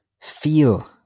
feel